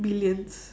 billions